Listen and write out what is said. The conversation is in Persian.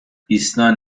ایسنا